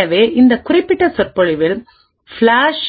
எனவே இந்த குறிப்பிட்ட சொற்பொழிவில் ஃப்ளஷ்